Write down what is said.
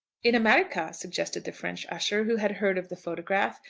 in america, suggested the french usher, who had heard of the photograph,